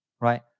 right